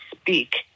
speak